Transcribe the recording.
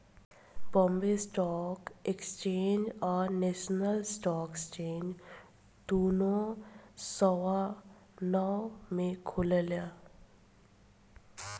Bombay stock exchange आ national stock exchange दुनो सवा नौ में खुलेला